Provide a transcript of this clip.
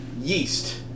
yeast